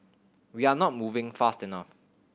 we are not moving fast enough